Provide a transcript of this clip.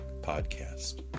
podcast